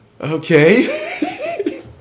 okay